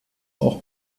auch